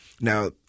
Now